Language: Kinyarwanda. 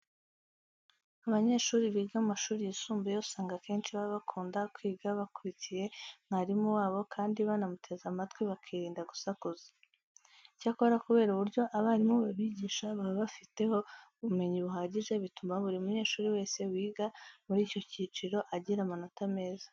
Abanyeshuri biga mu mashuri yisumbuye, usanga akenshi baba bakunda kwiga bakurikiye mwarimu wabo kandi banamuteze amatwi bakirinda gusakuza. Icyakora kubera uburyo abarimu babigisha baba babifiteho ubumenyi buhagije, bituma buri munyeshuri wese wiga muri iki cyiciro agira amanota meza.